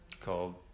called